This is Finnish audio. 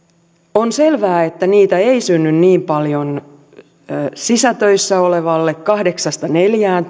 on selvää että niitä ei synny niin paljon sisätöissä olevalle kahdeksasta neljään